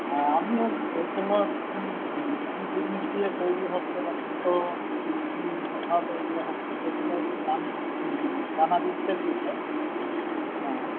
হ্যাঁ আমি ওই ওইগুলো কী কী জিনিস দিয়ে তৈরি হচ্ছে বা কিছু কী কীভাবে ইয়ে হচ্ছে সেগুলো একটু জান মানে জানার ইচ্ছা ছিল হ্যাঁ